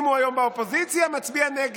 אם הוא היום באופוזיציה, הוא מצביע נגד.